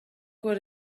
good